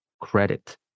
credit